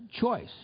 choice